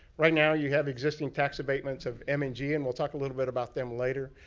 right now, you have existing tax abatements of m and g. and we'll talk a little bit about them later.